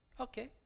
Okay